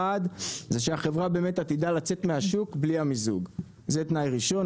אחד זה שהחברה באמת עתידה לצאת מהשוק בלי המיזוג זה תנאי ראשון,